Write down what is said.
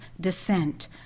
descent